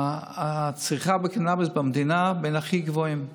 צריכת הקנביס במדינה היא בין הכי גבוהות בעולם.